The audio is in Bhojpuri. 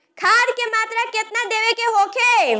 खाध के मात्रा केतना देवे के होखे?